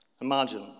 Imagine